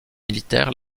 militaire